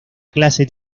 clase